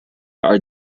are